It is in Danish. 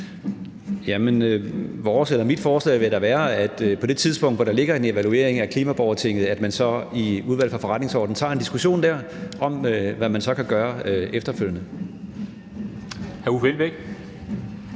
Mit forslag vil da være, at man på det tidspunkt, hvor der ligger en evaluering af klimaborgertinget, så i Udvalget for Forretningsordenen tager en diskussion om, hvad man så kan gøre efterfølgende.